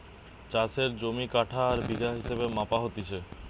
চাষের জমি কাঠা আর বিঘা হিসেবে মাপা হতিছে